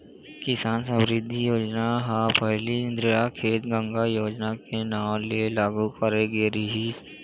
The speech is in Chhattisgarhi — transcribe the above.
किसान समरिद्धि योजना ह पहिली इंदिरा खेत गंगा योजना के नांव ले लागू करे गे रिहिस हे